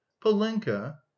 polenka